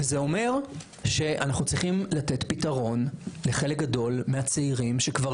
וזה אומר שאנחנו צריכים לתת פתרון לחלק גדול מהצעירים שכבר